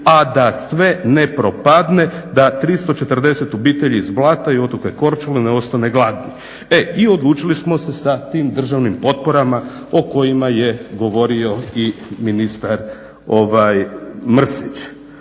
a da sve ne propadne, da 340 obitelji iz Blata i otoka Korčule ne ostane gladno i odlučili smo se sa tim državnim potporama o kojima je govorio i ministar Mrsić.